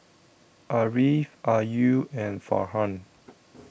Ariff Ayu and Farhan